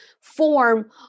form